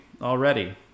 already